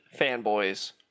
fanboys